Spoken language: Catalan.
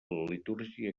litúrgia